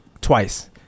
twice